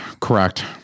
correct